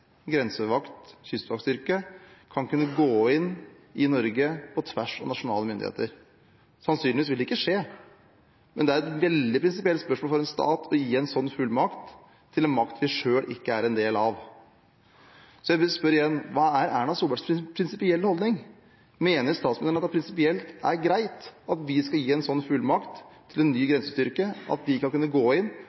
kystvaktstyrke, skal kunne gå inn i Norge på tvers av nasjonale myndigheter? Sannsynligvis vil det ikke skje, men det er et veldig prinsipielt spørsmål for en stat å gi en slik fullmakt til en makt vi selv ikke er en del av. Jeg vil spørre igjen: Hva er Erna Solbergs prinsipielle holdning? Mener statsministeren at det er prinsipielt greit å gi en slik fullmakt til en ny grensestyrke, slik at de kan kunne gå inn